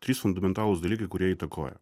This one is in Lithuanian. trys fundamentalūs dalykai kurie įtakoja